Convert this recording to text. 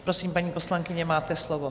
Prosím, paní poslankyně, máte slovo.